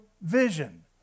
vision